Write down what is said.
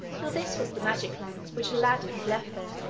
now this was the magic lamp, which aladdin had left there,